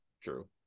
true